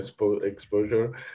exposure